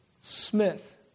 Smith